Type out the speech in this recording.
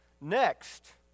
Next